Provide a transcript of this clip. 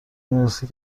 میرسه